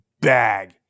bag